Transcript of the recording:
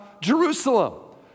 Jerusalem